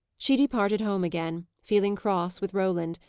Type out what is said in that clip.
she departed home again, feeling cross with roland,